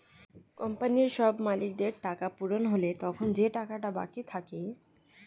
কোম্পানির সব মালিকদের টাকা পূরণ হলে তখন যে টাকাটা বাকি থাকে